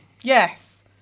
Yes